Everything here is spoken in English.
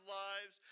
lives